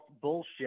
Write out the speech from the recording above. bullshit